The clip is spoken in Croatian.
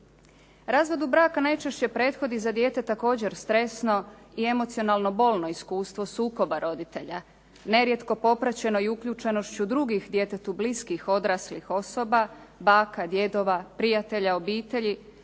Razvodu braka najčešće prethodi za dijete također stresno i emocionalno bolno iskustvo sukoba roditelja nerijetko popraćeno i uključenošću drugih djetetu bliskih odraslih osoba, baka, djedova, prijatelja obitelji